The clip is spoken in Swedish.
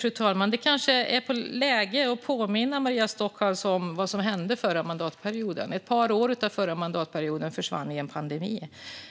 Fru talman! Det kanske är läge att påminna Maria Stockhaus om vad som hände förra mandatperioden. Ett par år av förra mandatperioden försvann i en pandemi.